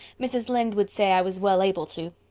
mrs. lynde would say i was well able to.